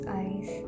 eyes